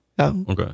Okay